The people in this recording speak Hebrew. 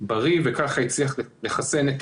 בריא כך הצליח לחסן את